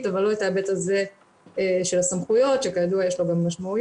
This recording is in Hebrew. אבל לא את ההיבט הזה של הסמכויות שכידוע יש לו משמעויות.